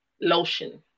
lotion